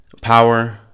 power